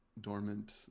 dormant